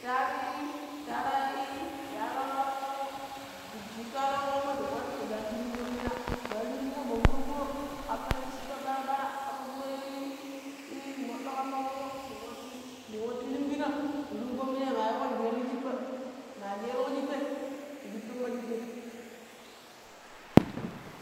taa aaru iii, ta aara ii ya alau-alau khomo ndii jiitt alau khomoi nwattu, ndaattu rimbom mina ma riibukho, ma furo-furo khamma ii schibba bara-bara, khamma furo iii moddo khamma khoomo ndank wattu ndank wattu riimbina nriimbom minai maa yii kho nchjeelo schibba, maa chjeelu kho schibbai, pbittun kha schibai.